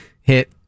hit